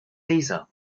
caesar